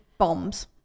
bombs